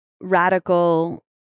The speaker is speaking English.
radical